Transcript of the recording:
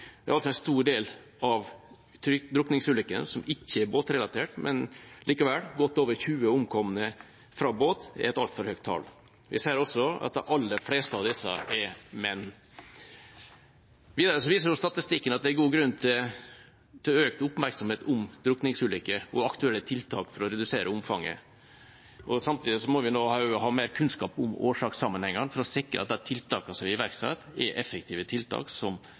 Det er altså en stor del av drukningsulykkene som ikke er båtrelatert, men likevel – godt over 20 omkomne fra båt er et altfor høyt tall. Vi ser også at de aller fleste av disse er menn. Videre viser statistikken at det er god grunn til økt oppmerksomhet om drukningsulykker og aktuelle tiltak for å redusere omfanget. Samtidig må vi ha mer kunnskap om årsakssammenhengene for å sikre at de tiltakene som blir iverksatt, er effektive tiltak som